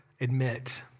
admit